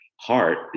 heart